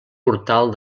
portal